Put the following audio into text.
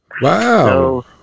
Wow